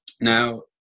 Now